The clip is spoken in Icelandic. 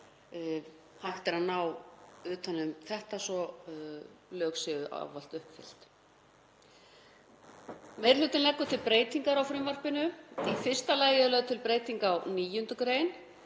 hægt er að ná utan um þetta svo lög séu ávallt uppfyllt. Meiri hlutinn leggur til breytingar á frumvarpinu. Í fyrsta lagi er lögð til breyting á 9. gr.